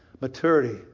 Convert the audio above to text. maturity